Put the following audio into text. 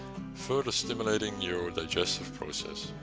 further stimulating your digestive process.